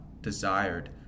desired